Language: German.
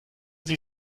sie